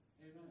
Amen